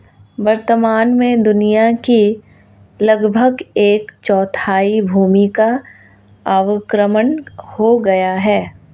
वर्तमान में दुनिया की लगभग एक चौथाई भूमि का अवक्रमण हो गया है